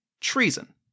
treason